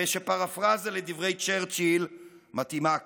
הרי שפרפרזה לדברי צ'רצ'יל מתאימה כאן.